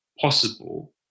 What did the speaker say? possible